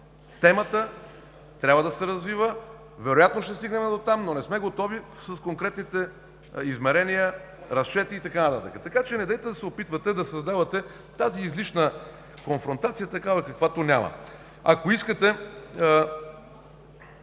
темата трябва да се развива, вероятно ще стигнем дотам, но не сме готови с конкретните измерения, разчети и така нататък. Недейте да се опитвате да създавате тази излишна конфронтация, такава, каквато няма! Ако искате,